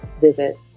Visit